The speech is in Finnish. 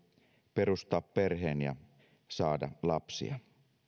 perustaa perheen ja saada lapsia